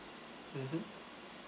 mmhmm